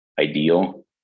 ideal